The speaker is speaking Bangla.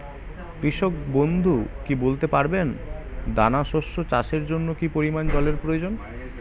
কৃষক বন্ধু কি বলতে পারবেন দানা শস্য চাষের জন্য কি পরিমান জলের প্রয়োজন?